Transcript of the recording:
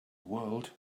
world